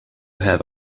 have